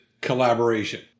collaboration